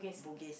Bugis